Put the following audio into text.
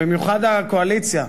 במיוחד הקואליציה.